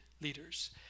leaders